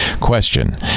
Question